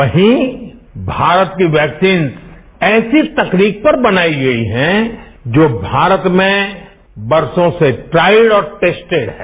वहीं भारत की वैक्सीन ऐसी तकनीक से बनाई गई है जो भारत में बरसो से ट्राइल और टेस्टिड है